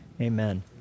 Amen